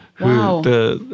Wow